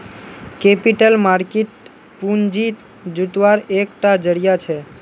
capital market पूँजी जुत्वार एक टा ज़रिया छे